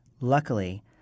Luckily